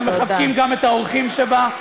אנחנו מחבקים גם את האורחים שבה,